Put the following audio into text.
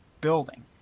building